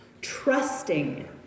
trusting